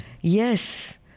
Yes